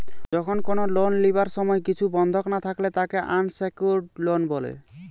যখন কোনো লোন লিবার সময় কিছু বন্ধক না থাকলে তাকে আনসেক্যুরড লোন বলে